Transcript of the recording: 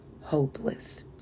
hopeless